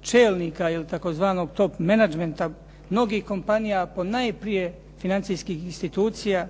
čelnika ili tzv. top menagmenta mnogih kompanija, ponajprije financijskih institucija,